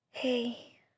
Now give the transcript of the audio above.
Hey